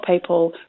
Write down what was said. people